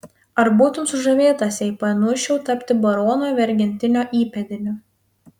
ar būtum sužavėtas jei panūsčiau tapti barono vergentino įpėdiniu